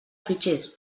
fitxers